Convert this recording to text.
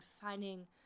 finding